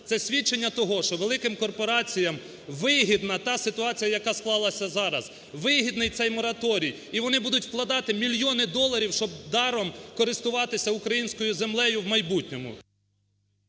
Це свідчення того, що великим корпораціям вигідна та ситуація, яка склалася зараз, вигідний цей мораторій, і вони будуть вкладати мільйони доларів, щоб даром користуватися українською землею в майбутньому.